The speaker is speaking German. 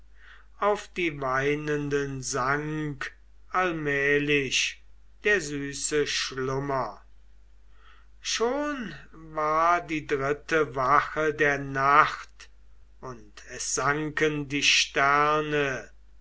auf die weinenden sank allmählich der süße schlummer schon war die dritte wache der nacht und es sanken die sterne